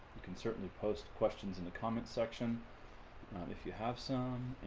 can certainly post questions in the comment section if you have some